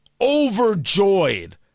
overjoyed